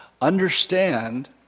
understand